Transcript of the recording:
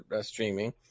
streaming